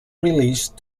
released